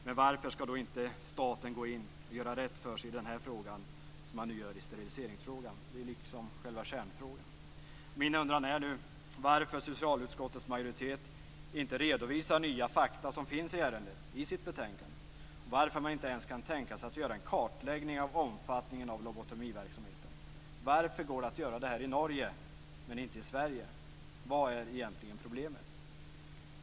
Men varför skall då inte staten gå in och göra rätt för sig som man gör i steriliseringsfrågan? Det är själva kärnfrågan. Min undran är varför socialutskottets majoritet i betänkandet inte redovisar de nya fakta som finns i ärendet och varför man inte ens kan tänka sig att göra en kartläggning av omfattningen av lobotomiverksamheten. Varför går det att göra detta i Norge, men inte i Sverige? Vad är egentligen problemet?